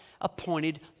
appointed